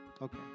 Okay